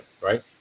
right